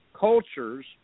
cultures